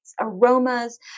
aromas